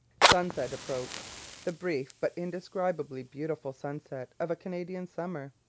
sunset approached the brief but indescribably beautiful sunset of a canadian summer.